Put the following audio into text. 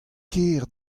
ker